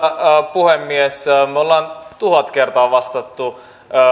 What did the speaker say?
puhemies me olemme tuhat kertaa vastanneet